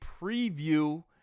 preview